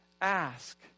Ask